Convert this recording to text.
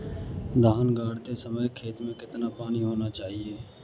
धान गाड़ते समय खेत में कितना पानी होना चाहिए?